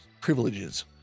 privileges